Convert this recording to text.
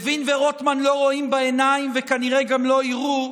לוין ורוטמן לא רואים בעיניים, וכנראה גם לא יראו,